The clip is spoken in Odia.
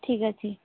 ଠିକ୍ ଅଛି